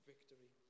victory